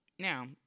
Now